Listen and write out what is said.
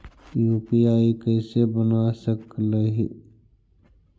UPI कैसे बना सकली हे?